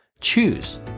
choose